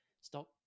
stop